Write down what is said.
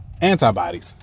antibodies